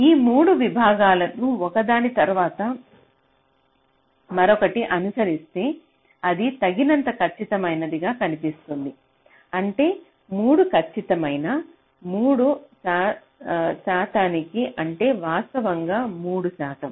మీరు 3 విభాగాలను ఒకదాని తరువాత మరొకటి అనుసరిస్తే అది తగినంత ఖచ్చితమైనదిగా కనిపిస్తుంది అంటే 3 ఖచ్చితమైన 3 శాతానికి అంటే వాస్తవంలో 3 శాతం